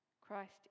Christ